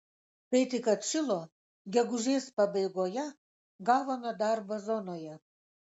kai tik atšilo gegužės pabaigoje gavome darbą zonoje